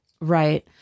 Right